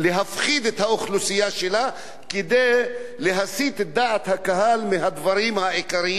שלה כדי להסיט את דעת הקהל מהדברים העיקריים של האוכלוסייה.